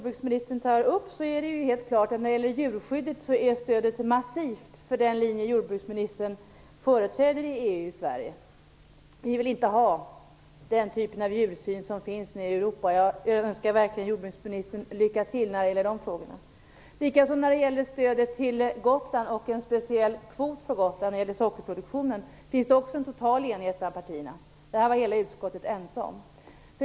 När det gäller djurskyddet är det helt klart att stödet är massivt i Sverige för den linje jordbruksministern företräder i EU. Vi vill inte ha den typ av djursyn som finns nere i Europa. Jag önskar verkligen jordbruksministern lycka till när det gäller de frågorna. Det finns likaså en total enighet bland partierna när det gäller stödet till Gotland och en speciell kvot vad beträffar sockerproduktionen för Gotland. Det var utskottet ense om.